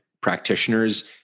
practitioners